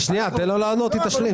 תן לו לענות והיא תשלים.